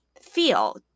feel